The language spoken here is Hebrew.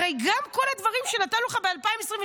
הרי גם בכל הדברים שנתנו לך ב-2023,